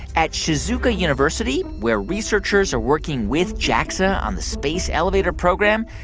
at shizuoka university, where researchers are working with jaxa on the space elevator program,